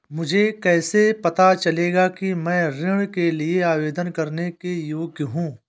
मुझे कैसे पता चलेगा कि मैं ऋण के लिए आवेदन करने के योग्य हूँ?